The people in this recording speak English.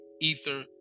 Ether